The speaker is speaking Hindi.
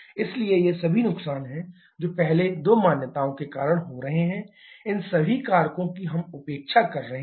इसलिए ये सभी नुकसान हैं जो पहले दो मान्यताओं के कारण हो रहे हैं इन सभी कारकों की हम उपेक्षा कर रहे हैं